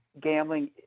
gambling